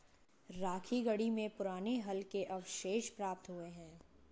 राखीगढ़ी में पुराने हल के अवशेष प्राप्त हुए हैं